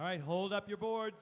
right hold up your board